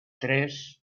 tres